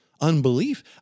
unbelief